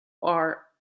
are